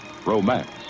romance